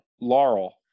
Laurel